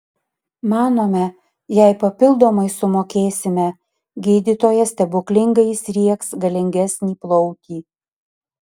manome jei papildomai sumokėsime gydytojas stebuklingai įsriegs galingesnį plautį